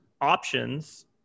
options